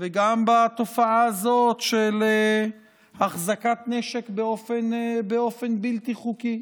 וגם בתופעה הזאת של החזקת נשק באופן בלתי חוקי.